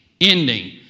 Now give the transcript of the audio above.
ending